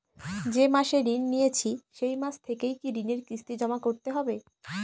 যে মাসে ঋণ নিয়েছি সেই মাস থেকেই কি ঋণের কিস্তি জমা করতে হবে?